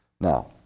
Now